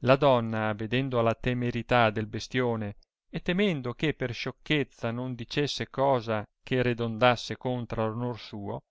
la donna vedendo la temerità del bestione e temendo che per sciocchezza non dicesse cosa che ridondasse contro l onor suo